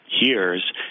years